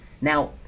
Now